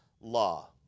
law